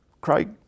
Craig